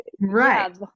right